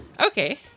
Okay